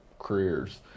Careers